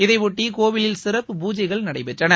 இதையொட்டி கோவிலில் சிறப்பு பூஜைகள் நடைபெற்றன